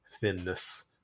thinness